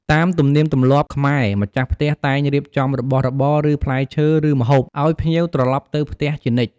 តាមទំនៀមទម្លាប់ខ្មែរម្ចាស់ផ្ទះតែងរៀបចំរបស់របរ ឬផ្លែឈើ ឬម្ហូប អោយភ្ញៀវត្រឡប់ទៅផ្ទះជានិច្ច។